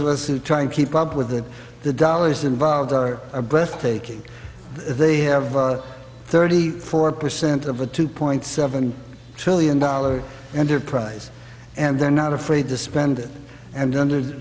of us who try and keep up with that the dollars involved are breathtaking they have thirty four percent of a two point seven trillion dollars enterprise and they're not afraid to spend it and under the